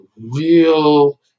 real